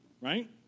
right